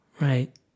right